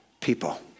people